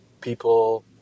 people